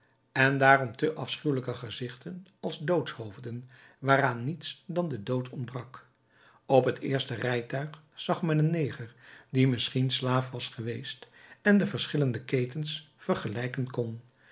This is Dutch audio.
en daarom te afschuwelijker gezichten als doodshoofden waaraan niets dan de dood ontbrak op het eerste rijtuig zag men een neger die misschien slaaf was geweest en de verschillende ketens vergelijken kon